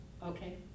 Okay